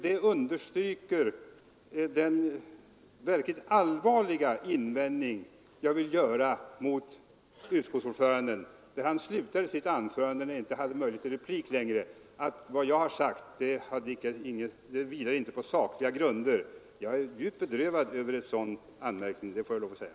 Det understryker den verkligt allvarliga invändning jag vill göra mot utskottsordföranden. Han slutade sitt anförande — när jag inte hade möjlighet till replik längre — med att vad jag har sagt inte vilar på sakliga grunder. Jag är djupt bedrövad över en sådan anmärkning, det får jag lov att säga.